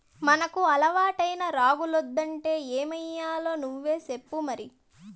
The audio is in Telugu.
మనకు అలవాటైన రాగులొద్దంటే ఏమయ్యాలో నువ్వే సెప్పు మరి